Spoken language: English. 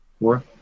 Four